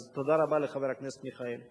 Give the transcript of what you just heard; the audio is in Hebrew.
אז תודה רבה לחבר הכנסת מיכאלי.